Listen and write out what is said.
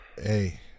hey